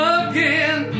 again